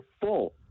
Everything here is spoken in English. full